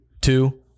two